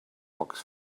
box